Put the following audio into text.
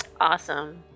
Awesome